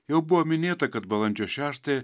jau buvo minėta kad balandžio šeštąją